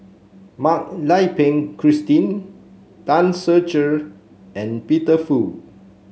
Mak Lai Peng Christine Tan Ser Cher and Peter Fu